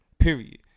Period